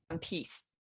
peace